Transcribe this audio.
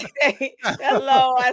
Hello